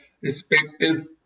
respective